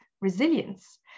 resilience